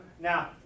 now